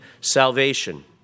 salvation